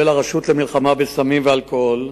ובכלל זה הרשות למלחמה בסמים ובאלכוהול,